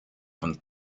von